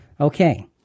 Okay